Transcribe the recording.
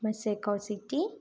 Moscow city